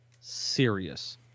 serious